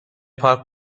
پارک